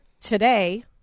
today